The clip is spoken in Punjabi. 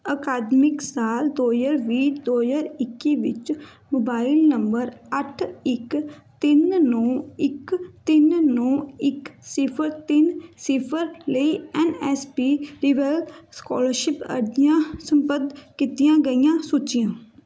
ਅਕਾਦਮਿਕ ਸਾਲ ਦੋ ਹਜ਼ਾਰ ਵੀਹ ਦੋ ਹਜ਼ਾਰ ਇੱਕੀ ਵਿੱਚ ਮੋਬਾਈਲ ਨੰਬਰ ਅੱਠ ਇੱਕ ਤਿੰਨ ਨੌਂ ਇੱਕ ਤਿੰਨ ਨੌਂ ਇੱਕ ਸਿਫਰ ਤਿੰਨ ਸਿਫਰ ਲਈ ਐੱਨ ਐੱਸ ਪੀ ਰਿਵੇਲ ਸਕੋਲਰਸ਼ਿਪ ਅਰਜ਼ੀਆਂ ਸਪੁਰਦ ਕੀਤੀਆਂ ਗਈਆਂ ਸੂਚੀਆਂ